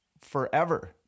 forever